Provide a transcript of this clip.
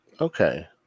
Okay